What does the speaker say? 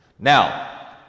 Now